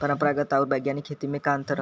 परंपरागत आऊर वैज्ञानिक खेती में का अंतर ह?